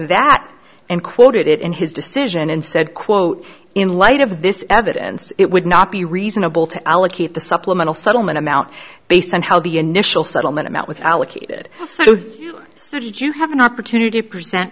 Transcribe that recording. it in his decision and said quote in light of this evidence it would not be reasonable to allocate the supplemental settlement amount based on how the initial settlement amount was allocated so did you have an opportunity present